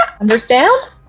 Understand